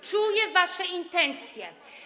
Czuje wasze intencje.